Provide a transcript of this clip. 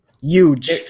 Huge